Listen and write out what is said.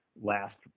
last